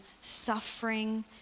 suffering